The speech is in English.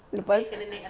lepas